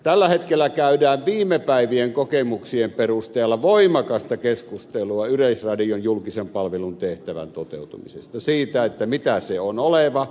tällä hetkellä käydään viime päivien kokemuksien perusteella voimakasta keskustelua yleisradion julkisen palvelun tehtävän toteutumisesta siitä mitä se on oleva